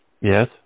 Yes